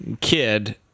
kid